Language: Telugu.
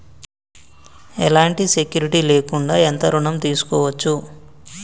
ఎలాంటి సెక్యూరిటీ లేకుండా ఎంత ఋణం తీసుకోవచ్చు?